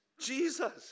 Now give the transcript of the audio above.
jesus